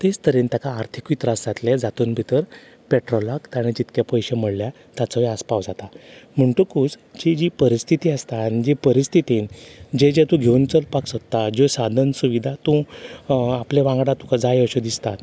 तेच तरेन ताका आर्थिकूय त्रास जातले जातून भितर पेट्रोलाक ताणें जितके पयशे मोडल्या ताचोय आसपाव जाता म्हणटकूच जी परिस्थिती आसता आनी तांचे खातीर जे जे तूं घेवन चलपाक सोदता जो सादन सुविदा तूं आपल्या वांगडा तुका जायो अश्यो दिसता